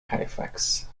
halifax